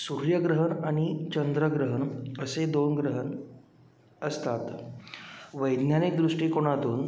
सूर्यग्रहण आणि चंद्रग्रहण असे दोन ग्रहण असतात वैज्ञानिक दृष्टिकोनातून